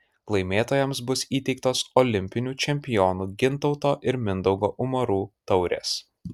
laimėtojams bus įteiktos olimpinių čempionų gintauto ir mindaugo umarų taurės